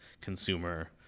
consumer